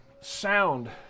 sound